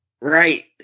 Right